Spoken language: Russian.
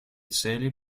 цели